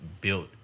built